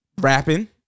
Rapping